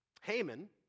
Haman